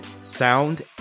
sound